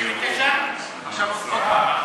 משרד הפנים,